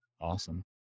Awesome